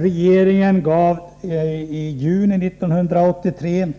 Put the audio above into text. Regeringen gavi juni 1983